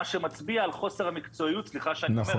מה שמצביע על חוסר המקצועיות וסליחה שאני אומר,